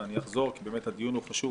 אבל אחזור כי הדיון חשוב,